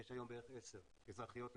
יש היום בערך עשר, אזרחיות לגמרי.